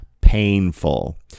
painful